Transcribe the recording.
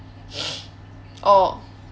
orh